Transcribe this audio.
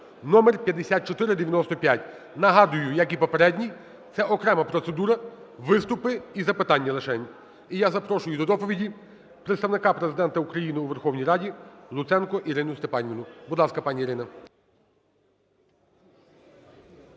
(№5495). Нагадую, як і попередній, це окрема процедура: виступи і запитання лишень. І я запрошую до доповіді представника Президента України у Верховній Раді Луценко Ірину Степанівну. Будь ласка, пані Ірина.